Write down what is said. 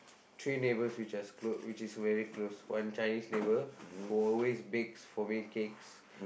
three neighbours which as close which is very close one Chinese neighbour who will always bakes for me cakes